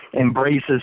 embraces